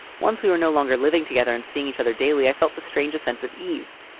once we were no longer living together and seeing each other daily, i felt the strangest sense of ease.